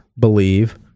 Believe